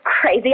crazy